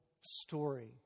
story